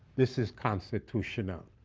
this is constitutional.